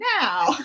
now